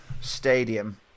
Stadium